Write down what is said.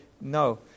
No